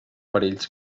perills